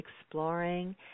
exploring